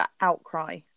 outcry